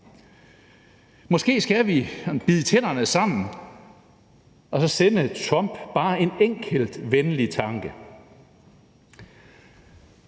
Måske skal vi bide tænderne sammen og sende Trump bare en enkelt venlig tanke.